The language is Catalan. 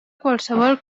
qualsevol